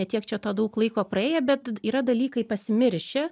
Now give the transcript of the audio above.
ne tiek čia to daug laiko praėję bet yra dalykai pasimiršę